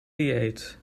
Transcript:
dieet